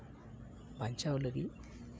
ᱵᱟᱧᱪᱟᱣ ᱞᱟᱹᱜᱤᱫ